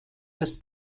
das